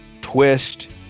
twist